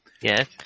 Yes